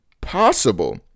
possible